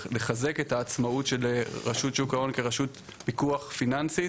לחזק את העצמאות של רשות שוק ההון כרשות פיקוח פיננסית,